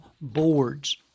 boards